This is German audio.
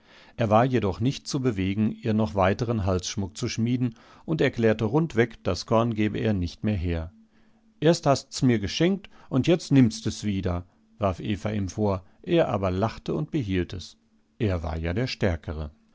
er war jedoch nicht zu bewegen ihr noch weiteren halsschmuck zu schmieden und erklärte rundweg das korn gebe er nicht mehr her erst hast's mir g'schenkt und jetzt nimmst es wieder warf eva ihm vor er aber lachte und behielt es er war ja der stärkere